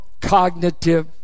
cognitive